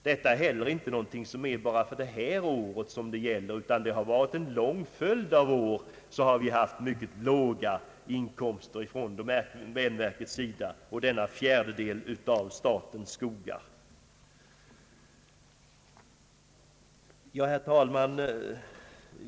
Detta är heller inte någonting som gäller enbart för det här året, utan vi har under en lång följd av år haft mycket låga inkomster från domänverket och denna fjärdedel av statens skogar. Herr talman!